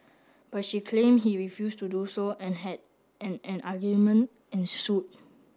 but she claimed he refused to do so and had an an argument ensued